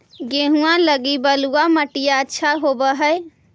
गेहुआ लगी बलुआ मिट्टियां अच्छा होव हैं?